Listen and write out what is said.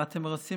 אם אתם רוצים